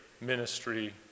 ministry